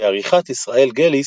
בעריכת ישראל גליס,